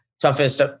toughest